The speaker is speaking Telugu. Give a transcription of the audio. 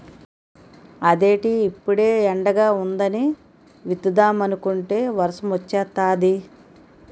అదేటి ఇప్పుడే ఎండగా వుందని విత్తుదామనుకుంటే వర్సమొచ్చేతాంది